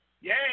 Yay